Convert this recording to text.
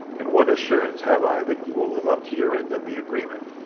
and what assurance have i that you will live up to your end of the agreement?